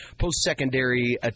post-secondary